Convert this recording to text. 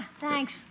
Thanks